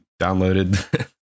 downloaded